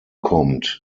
kommt